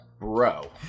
Bro